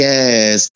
Yes